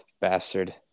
bastard